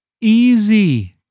easy